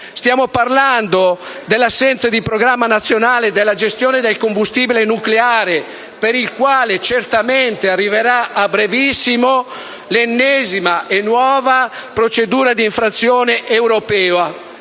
radioattivi e dell'assenza di un programma nazionale della gestione del combustibile nucleare, per il quale certamente arriverà a brevissimo l'ennesima e nuova procedura europea